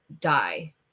die